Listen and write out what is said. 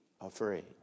afraid